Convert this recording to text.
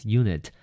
unit